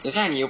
等下你有